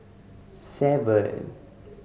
seven